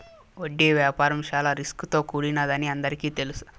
వడ్డీ వ్యాపారం చాలా రిస్క్ తో కూడినదని అందరికీ తెలుసు